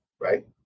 right